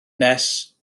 nes